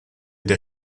der